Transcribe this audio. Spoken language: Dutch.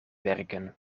werken